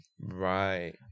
right